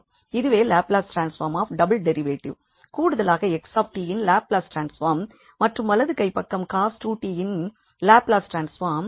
இதுவே Laplace transform of double derivative கூடுதலாக 𝑥𝑡இன் லாப்லஸ் ட்ரான்ஸ்பார்ம் மற்றும் வலது கைப்பக்கம் cos 2𝑡 இன் லாப்லஸ் ட்ரான்ஸ்பார்ம்